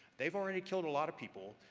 they've already killed a lot of people,